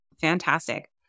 Fantastic